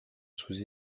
sous